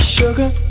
sugar